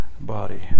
Body